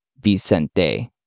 Vicente